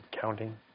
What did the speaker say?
counting